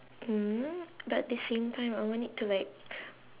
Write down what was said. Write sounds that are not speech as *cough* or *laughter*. *noise* but the same time I want it to like